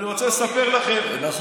נכון.